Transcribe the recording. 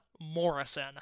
Morrison